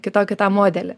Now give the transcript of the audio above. kitokį tą modelį